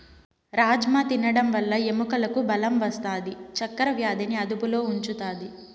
రాజ్మ తినడం వల్ల ఎముకలకు బలం వస్తాది, చక్కర వ్యాధిని అదుపులో ఉంచుతాది